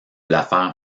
l’affaire